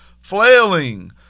Flailing